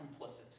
complicit